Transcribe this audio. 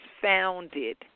founded